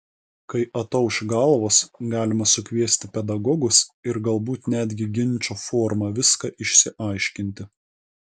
kai atauš galvos galima sukviesti pedagogus ir galbūt netgi ginčo forma viską išsiaiškinti